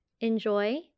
Enjoy